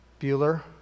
Bueller